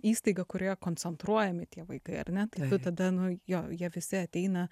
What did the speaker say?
įstaiga kurioje koncentruojami tie vaikai ar ne tai tu tada nu jo jie visi ateina